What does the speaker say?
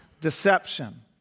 deception